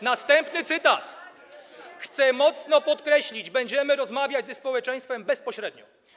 Następny cytat: Chcę mocno podkreślić, będziemy rozmawiać ze społeczeństwem bezpośrednio.